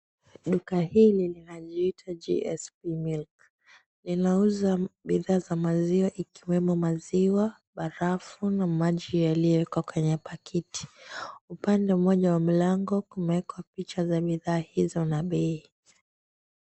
Duka hili linajiita, GSP Milk, linauza bidhaa za maziwa ikiwemo, maziwa, barafu na maji yaliyoekwa kwenye pakiti. Upande mmoja wa mlango kumeekwa picha za bidhaa hizo na bei.